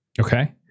Okay